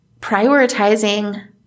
prioritizing